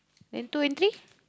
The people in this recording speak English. then twenty